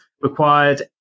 required